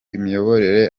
imiyoborere